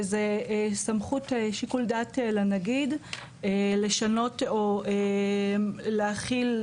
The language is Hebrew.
וזו סמכות שיקול דעת לנגיד לשנות או להחליט